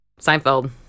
Seinfeld